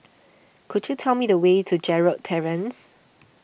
could you tell me the way to Gerald Terrace